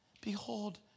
behold